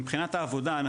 מבחינת העבודה,